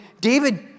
David